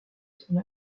sont